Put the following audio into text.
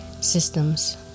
systems